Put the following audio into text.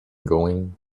going